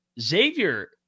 Xavier